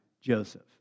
Joseph